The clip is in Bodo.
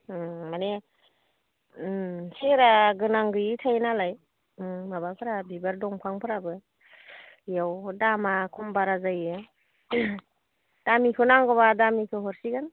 ओं माने सेहेरा गोनां गोयि थायो नालाय माबाफोरा बिबार दंफांफोराबो बेयाव दामा खम बारा जायो दामिखौ नांगौबा दामिखौ हरसिगोन